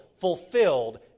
fulfilled